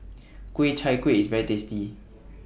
Ku Chai Kueh IS very tasty